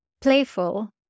playful